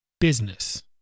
business